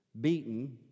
beaten